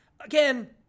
again